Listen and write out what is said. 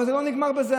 אבל זה לא נגמר בזה.